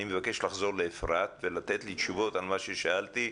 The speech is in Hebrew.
אני מבקש לחזור לאפרת ולתת לי תשובות על מה ששאלתי.